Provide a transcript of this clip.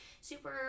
super